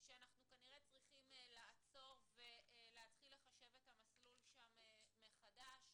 שאנחנו כנראה צריכים לעצור ולהתחיל לחשב את המסלול שם מחדש.